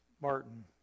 Martin